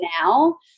Now